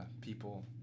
people